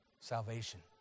salvation